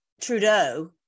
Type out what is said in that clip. Trudeau